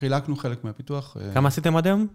חילקנו חלק מהפיתוח. כמה עשיתם עד היום?